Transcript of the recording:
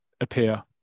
appear